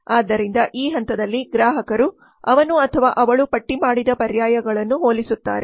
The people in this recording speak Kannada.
ಆದ್ದರಿಂದ ಈ ಹಂತದಲ್ಲಿ ಗ್ರಾಹಕರು ಅವನು ಅಥವಾ ಅವಳು ಪಟ್ಟಿ ಮಾಡಿದ ಪರ್ಯಾಯಗಳನ್ನು ಹೋಲಿಸುತ್ತಾರೆ